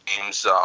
games